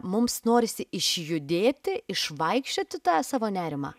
mums norisi išjudėti išvaikščioti tą savo nerimą